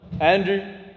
Andrew